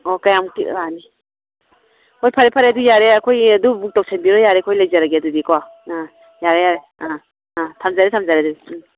ꯑꯣ ꯀꯌꯥꯃꯨꯛꯇꯤ ꯌꯥꯅꯤ ꯍꯣꯏ ꯐꯔꯦ ꯐꯔꯦ ꯑꯗꯨ ꯌꯥꯔꯦ ꯑꯩꯈꯣꯏꯒꯤ ꯑꯗꯨ ꯕꯨꯛ ꯇꯧꯁꯤꯟꯕꯤꯔꯣ ꯌꯥꯔꯦ ꯑꯩꯈꯣꯏ ꯂꯩꯖꯔꯒꯦ ꯑꯗꯨꯗꯤ ꯀꯣ ꯑꯥ ꯌꯥꯔꯦ ꯌꯥꯔꯦ ꯑꯥ ꯑꯥ ꯊꯝꯖꯔꯦ ꯊꯝꯖꯔꯦ ꯑꯗꯨꯗꯤ ꯎꯝ